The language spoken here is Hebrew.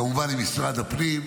כמובן עם משרד הפנים,